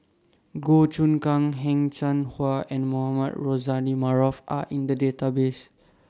Goh Choon Kang Heng Cheng Hwa and Mohamed Rozani Maarof Are in The Database